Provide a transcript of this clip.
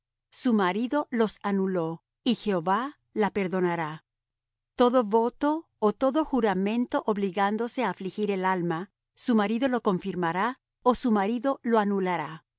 su marido los anuló y jehová la perdonará todo voto ó todo juramento obligándose á afligir el alma su marido lo confirmará ó su marido lo anulará